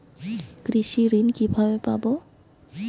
কৃষি ঋন কিভাবে পাব?